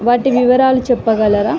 వాటి వివరాలు చెప్పగలరా